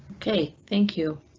ok, thank you.